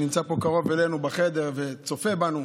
שנמצא פה קרוב אלינו בחדר וצופה בנו,